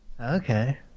Okay